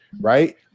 right